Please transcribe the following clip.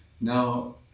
now